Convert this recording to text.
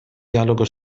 dialogo